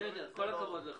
כל הכבוד לך.